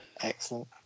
Excellent